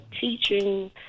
teaching